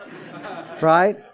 right